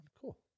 cool